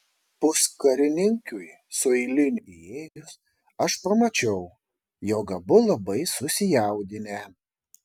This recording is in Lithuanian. puskarininkiui su eiliniu įėjus aš pamačiau jog abu labai susijaudinę